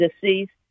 deceased